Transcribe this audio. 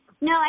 No